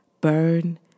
Burn